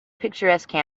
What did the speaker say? picturesque